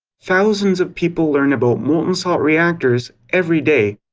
thousands of people learn about molten salt reactors every day,